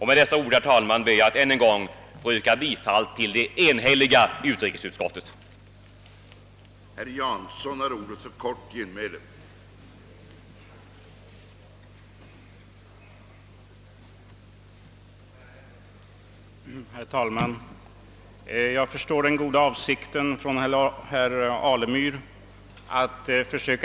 Med dessa ord, herr talman, ber jag att än en gång få yrka bifall till det enhälliga utrikesutskottets hemställan.